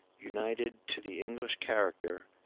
united to the english character,